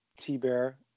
T-Bear